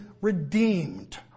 redeemed